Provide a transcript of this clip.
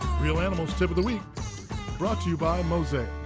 reel animals tip of the week brought to you by mosaic.